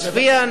בעוספיא.